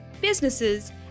businesses